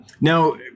Now